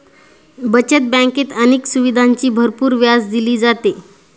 बचत बँकेत अनेक सुविधांना भरपूर व्याज दिले जाते